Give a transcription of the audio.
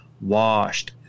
WASHED